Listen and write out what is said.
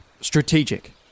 strategic